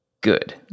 good